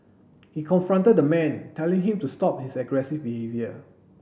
he confronted the man telling him to stop his aggressive behaviour